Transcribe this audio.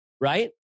right